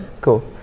cool